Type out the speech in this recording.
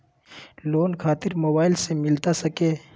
Loan खातिर mobile से मिलता सके?